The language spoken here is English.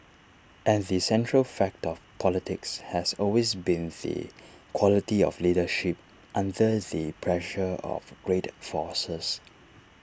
and the central fact of politics has always been the quality of leadership under the pressure of great forces